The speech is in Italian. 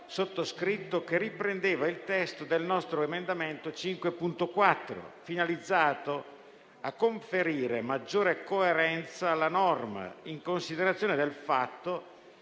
sottoscritto, che riprendeva il testo del nostro emendamento 5.4, finalizzato a conferire maggiore coerenza alla norma, in considerazione del fatto